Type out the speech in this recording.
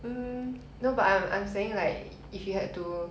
no but I'm I'm saying like if you had to